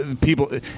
people